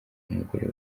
umugore